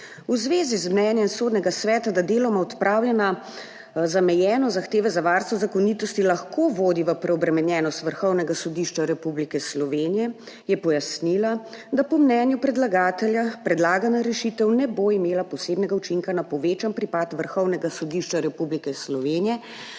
V zvezi z mnenjem Sodnega sveta, da deloma odpravljena zamejenost zahteve za varstvo zakonitosti lahko vodi v preobremenjenost Vrhovnega sodišča Republike Slovenije, je pojasnila, da po mnenju predlagatelja predlagana rešitev ne bo imela posebnega učinka na povečan pripad Vrhovnega sodišča Republike Slovenije,